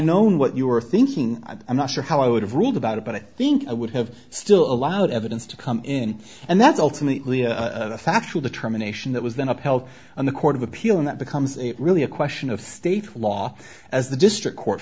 known what you were thinking i'm not sure how i would have ruled about it but i think i would have still allowed evidence to come in and that's ultimately a factual determination that was then upheld on the court of appeal and that becomes a really a question of state law as the district court